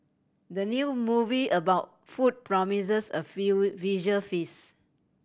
the new movie about food promises a visual feast